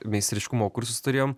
meistriškumo kursus turėjom